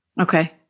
okay